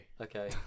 okay